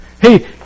Hey